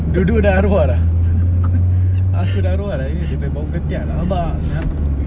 dua dua dah arwah dah aku arwah lah dia punya bau ketiak rabak sia